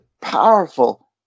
powerful